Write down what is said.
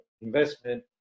investment